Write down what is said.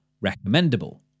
recommendable